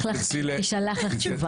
תישלח לך תשובה.